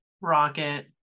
rocket